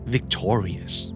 Victorious